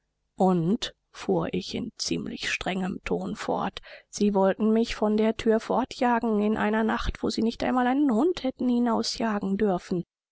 und fuhr ich in ziemlich strengem ton fort sie wollten mich von der thür fortjagen in einer nacht wo sie nicht einmal einen hund hätten hinausjagen dürfen